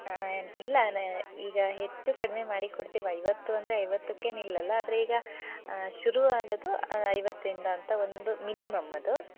ಏನು ಇಲ್ಲ ನ ಈಗ ಹೆಚ್ಚು ಕಡಿಮೆ ಮಾಡಿಕೊಡ್ತೀವಿ ಐವತ್ತು ಅಂದರೆ ಐವತ್ತಕ್ಕೆ ನಿಲ್ಲಲ್ಲ ಆದರೆ ಈಗ ಶುರು ಆಗೋದು ಐವತ್ತಿಂದ ಅಂತ ಒಂದು ಮಿನಿಮಮ್ಮದು